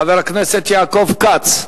חבר הכנסת יעקב כץ,